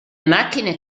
macchine